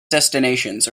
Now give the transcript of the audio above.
destinations